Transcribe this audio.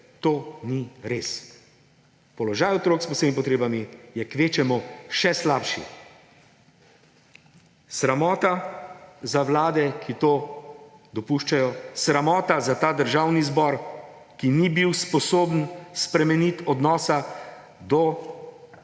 to ni res! Položaj otrok s posebnimi potrebami je kvečjemu še slabši. Sramota za vlade, ki to dopuščajo, sramota za ta državni zbor, ki ni bil sposoben spremeniti odnosa do